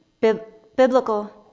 biblical